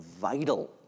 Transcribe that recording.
vital